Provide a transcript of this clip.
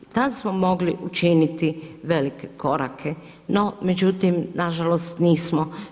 I tada smo mogli učiniti velike korake, no međutim nažalost nismo.